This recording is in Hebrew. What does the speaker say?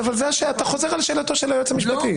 אתה חוזר על שאלתו של היועץ המשפטי.